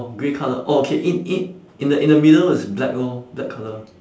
oh grey colour orh okay in in in the in the middle is black lor black colour